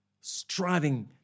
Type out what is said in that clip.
striving